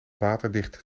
waterdicht